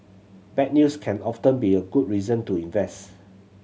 bad news can often be a good reason to invest